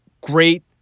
great